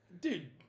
dude